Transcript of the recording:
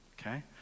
Okay